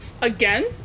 again